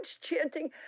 chanting